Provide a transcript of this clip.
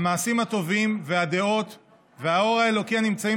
המעשים הטובים והדעות והאור האלוקי הנמצאים